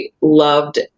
loved